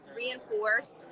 reinforce